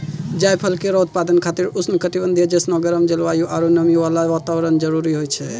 जायफल केरो उत्पादन खातिर उष्ण कटिबंधीय जैसनो गरम जलवायु आरु नमी वाला वातावरण जरूरी होय छै